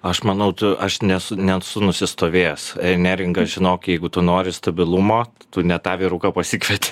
aš manau tu aš nesu net su nusistovėjęs neringa žinok jeigu tu nori stabilumo tu ne tą vyruką pasikvietei